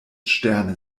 sterne